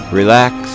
relax